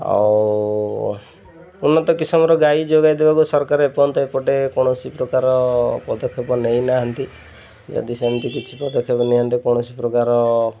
ଆଉ ଉନ୍ନତ କିସମର ଗାଈ ଯୋଗାଇ ଦେବାକୁ ସରକାର ଏପର୍ଯ୍ୟନ୍ତ ଏପଟେ କୌଣସି ପ୍ରକାର ପଦକ୍ଷେପ ନେଇନାହାନ୍ତି ଯଦି ସେମିତି କିଛି ପଦକ୍ଷେପ ନିଅନ୍ତେ କୌଣସି ପ୍ରକାର